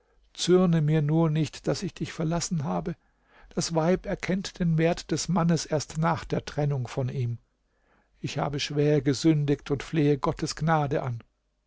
zürne mir nur nicht daß ich dich verlassen habe das weib erkennt den wert des mannes erst nach der trennung von ihm ich habe schwer gesündigt und flehe gottes gnade an